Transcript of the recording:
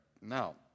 Now